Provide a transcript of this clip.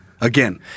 again